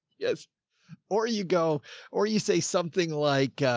yeah or you go or you say something like, ah,